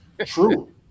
True